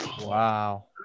Wow